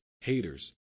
haters